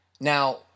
Now